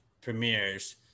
premieres